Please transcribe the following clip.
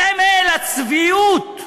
סמל הצביעות.